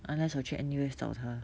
unless 我去 N_U_S 找他